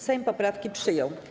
Sejm poprawki przyjął.